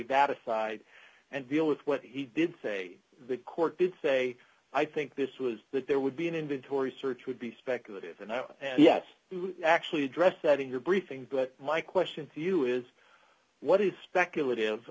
that aside and deal with what he did say the court did say i think this was that there would be an inventory search would be speculative and yes actually address that in your briefing but my question to you is what is speculative